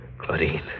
Claudine